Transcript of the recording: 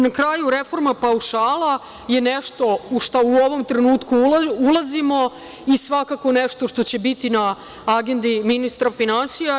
Na kraju, reforma paušala je nešto u šta u ovom trenutku ulazimo i nešto što će biti na agendi ministra finansija.